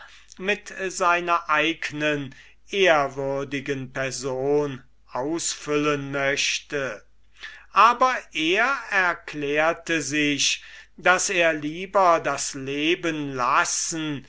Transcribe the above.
mit seiner eignen ehrwürdigen person ausfüllen möchte aber er erklärte sich daß er lieber das leben lassen